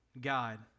God